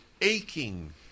aching